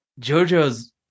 JoJo's